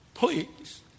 Please